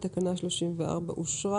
תקנה 34 אושרה